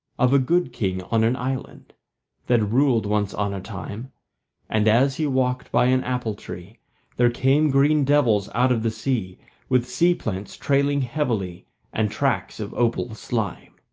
of a good king on an island that ruled once on a time and as he walked by an apple tree there came green devils out of the sea with sea-plants trailing heavily and tracks of opal slime.